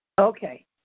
Okay